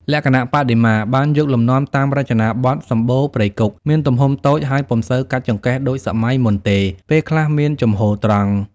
លក្ខណៈបដិមាបានយកលំនាំតាមរចនាបថសម្បូណ៍ព្រៃគុក មានទំហំតូច ហើយពុំសូវកាច់ចង្កេះដូចសម័យមុនទេ ពេលខ្លះមានជំហរត្រង់។